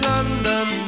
London